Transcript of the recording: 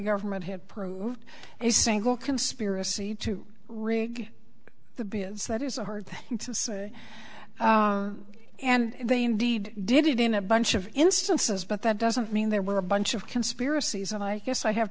government had proved a single conspiracy to rig the b s that is a hard thing to say and they indeed did it in a bunch of instances but that doesn't mean there were a bunch of conspiracies and i guess i have